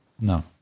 No